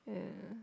yeah